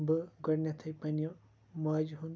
بہٕ گۄڈٕنیٚتھٕے پَننہِ ماجہِ ہُنٛد